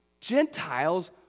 Gentiles